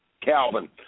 Calvin